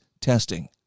testing